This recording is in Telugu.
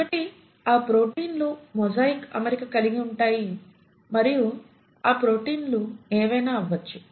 ఒకటి ఆ ప్రోటీన్లు మొజాయిక్ అమరిక కలిగి ఉంటాయి మరియు ఆ ప్రోటీన్లు ఏవైనా అవ్వొచ్చు